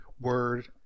word